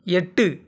எட்டு